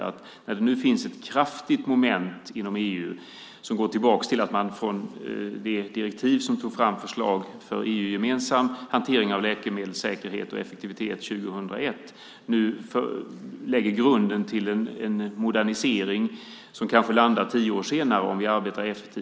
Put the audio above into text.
Det finns nu ett kraftigt moment inom EU som går tillbaka till att man, från det direktiv där man tog fram förslag för EU-gemensam hantering av läkemedelssäkerhet och effektivitet 2001, nu lägger grunden till en modernisering som kanske landar tio år senare om vi arbetar effektivt.